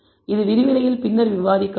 இது விரிவுரையில் பின்னர் விவாதிக்கப்படும்